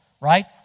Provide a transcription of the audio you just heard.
right